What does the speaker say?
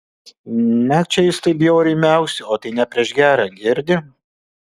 nakčia jis taip bjauriai miauksi o tai ne prieš gera girdi